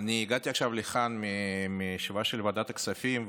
אני הגעתי עכשיו לכאן מישיבה של ועדת הכספים,